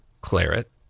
claret